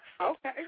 Okay